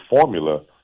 formula